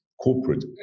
corporate